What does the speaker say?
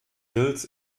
hills